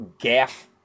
gaff